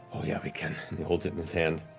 oh yeah, we can. he holds it in his hand.